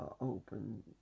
open